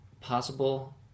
possible